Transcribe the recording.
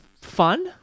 fun